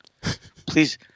Please